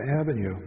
Avenue